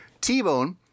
t-bone